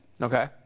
Okay